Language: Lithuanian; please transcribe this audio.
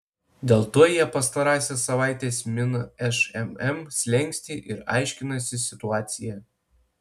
dėl to jie pastarąsias savaites mina šmm slenkstį ir aiškinasi situaciją